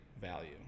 value